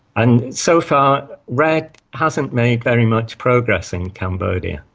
and so far redd hasn't made very much progress in cambodia.